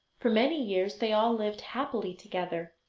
for many years they all lived happily together,